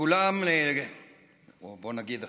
לכולם, או בוא נגיד אחרת: